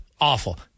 awful